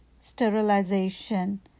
sterilization